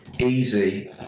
easy